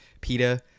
PETA